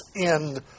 end